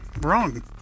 Wrong